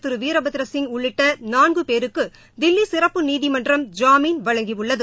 திரு வீர்பத்திரசிங் உள்ளிட்ட நான்கு பேருக்கு தில்லி சிறப்பு நீதிமன்றம் ஜாமீன் வழங்கியுள்ளது